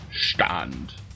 stand